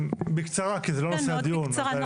בקצרה, כי זה לא נושא הדיון.